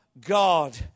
God